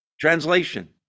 Translation